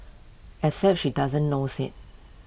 except she doesn't knows IT